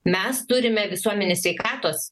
mes turime visuomenės sveikatos